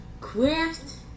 Quest